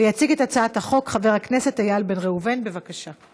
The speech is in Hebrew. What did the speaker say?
יש לך הרבה מאוד עבודה ליומיים הקרובים.